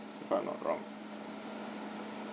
if I'm not wrong